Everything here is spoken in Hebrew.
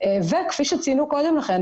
כפי שציינו קודם לכן,